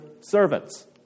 servants